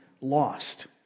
lost